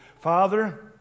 Father